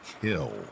Kill